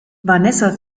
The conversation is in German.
vanessa